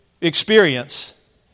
experience